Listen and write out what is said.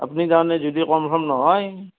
আপনি যাওনে যদি কনফাৰ্ম নহয়